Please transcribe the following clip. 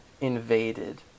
Invaded